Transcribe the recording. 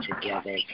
together